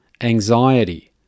Anxiety